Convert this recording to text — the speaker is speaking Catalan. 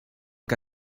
que